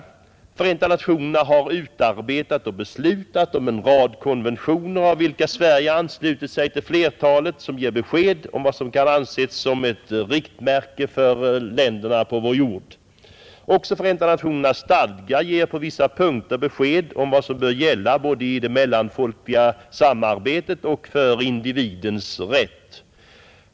Förenta nationerna har utarbetat och beslutat om en rad konventioner, av vilka Sverige anslutit sig till flertalet, som ger besked om vad som kan anses som ett riktmärke för länderna på vår jord. Också FN:s stadga ger på vissa punkter besked om vad som bör gälla både i det mellanfolkliga samarbetet och för individens rätt.